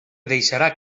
deixarà